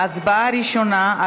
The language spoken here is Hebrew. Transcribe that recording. ההצבעה הראשונה,